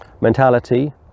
Mentality